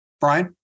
Brian